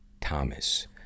Thomas